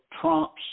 Trump's